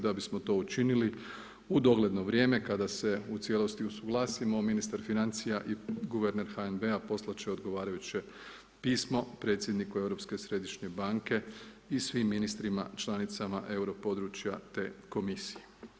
Da bismo to učinili u dogledno vrijeme kada se u cijelosti usuglasimo, ministar financija i guverner HNB-a poslati će odgovarajuće pismo predsjedniku Europske središnje banke i svim ministrima članicama euro područja te Komisije.